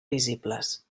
visibles